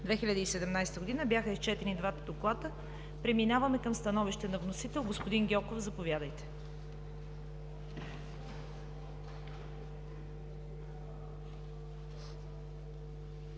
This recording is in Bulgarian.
2017 г. Бяха изчетени двата доклада. Преминаваме към становище на вносител – господин Гьоков, заповядайте.